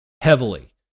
heavily